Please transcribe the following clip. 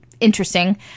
interesting